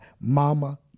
mama